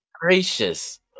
gracious